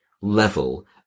level